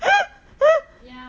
ya